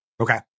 Okay